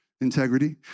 integrity